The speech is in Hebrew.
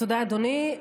תודה, אדוני.